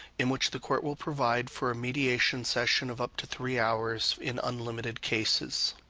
in which the court will provide for a mediation session of up to three hours in unlimited cases.